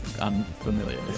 unfamiliar